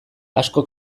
asko